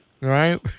right